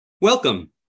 Welcome